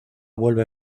vuelve